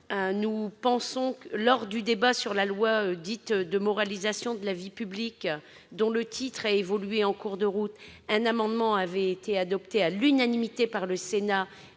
professionnel. Lors du débat sur la loi dite « de moralisation de la vie publique », dont le titre a évolué en cours de route, un amendement avait été adopté, à l'unanimité, par le Sénat,